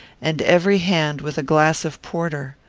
and every hand with a glass of porter.